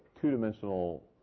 two-dimensional